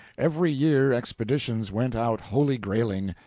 every year expeditions went out holy grailing,